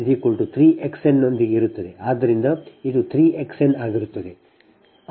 ಆದ್ದರಿಂದ ಇದು 3X n ಆಗಿರುತ್ತದೆ